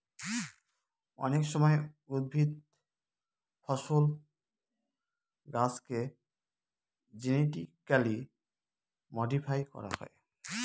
অনেক সময় উদ্ভিদ, ফসল, গাছেকে জেনেটিক্যালি মডিফাই করা হয়